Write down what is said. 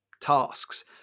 tasks